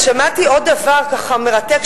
אז שמעתי עוד דבר ככה מרתק,